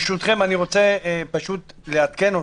ברשותכם, אני רוצה לעדכן אתכם,